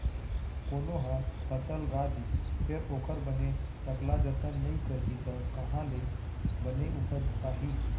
कोनो ह फसल गा दिस फेर ओखर बने सकला जतन नइ करही त काँहा ले बने उपज पाही